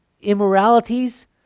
immoralities